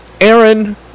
Aaron